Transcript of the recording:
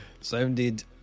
Sounded